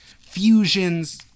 fusions